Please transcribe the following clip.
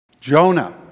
Jonah